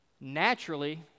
naturally